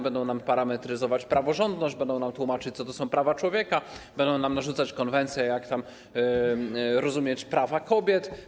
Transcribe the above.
Będą nam parametryzować praworządność, będą nam tłumaczyć, co to są prawa człowieka, będą nam narzucać konwencję, jak należy rozumieć prawa kobiet.